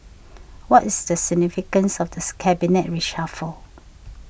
what is the significance of this cabinet reshuffle